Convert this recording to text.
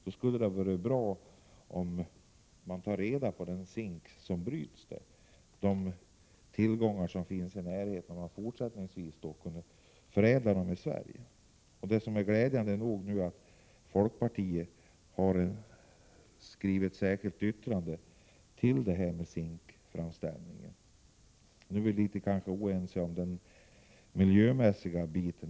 Det skulle vara bra om man tog reda på den zink som bryts och om man fortsättningsvis kunde förädla den i Sverige. Glädjande nog har folkpartiet skrivit ett särskilt yttrande om zinkframställning som har fogats till betänkandet. Vi är visserligen oense om den miljömässiga delen.